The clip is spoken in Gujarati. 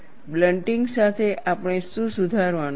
બ્લન્ટિંગ સાથે આપણે શું સુધારવાનું છે